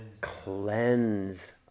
Cleanse